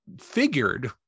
figured